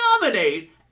nominate